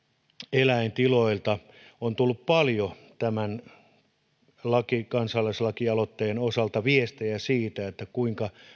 eläintiloilta on tullut paljon tämän kansalaislakialoitteen osalta viestejä siitä kuinka